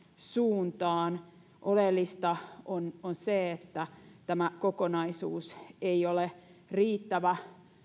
suuntaan oleellista on on se että tämä kokonaisuus ei ole riittävä